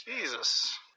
jesus